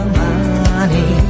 money